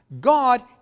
God